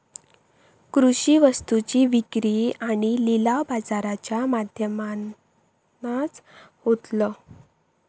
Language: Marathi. कृषि वस्तुंची विक्री आणि लिलाव बाजाराच्या माध्यमातनाच होतलो